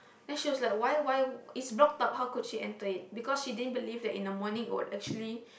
then she was like why why it's blocked up how could she enter it because she didn't believe that in the morning it would actually